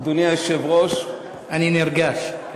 אדוני היושב-ראש, אני נרגש.